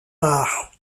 art